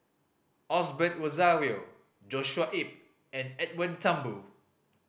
Osbert Rozario Joshua Ip and Edwin Thumboo